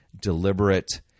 deliberate